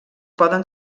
poden